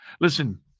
Listen